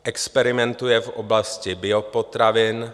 Experimentuje v oblasti biopotravin.